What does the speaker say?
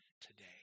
today